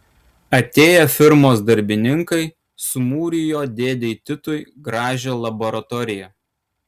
atėję firmos darbininkai sumūrijo dėdei titui gražią laboratoriją